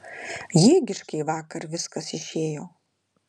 jėgiškai vakar viskas išėjo